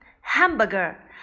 Hamburger